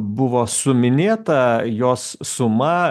buvo suminėta jos suma